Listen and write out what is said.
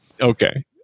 Okay